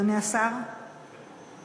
אדוני השר, כן.